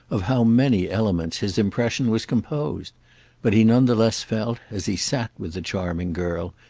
of how many elements his impression was composed but he none the less felt, as he sat with the charming girl,